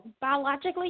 Biologically